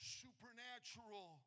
supernatural